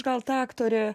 gal ta aktorė